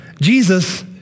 Jesus